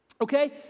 okay